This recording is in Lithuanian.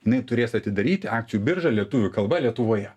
jinai turės atidaryti akcijų biržą lietuvių kalba lietuvoje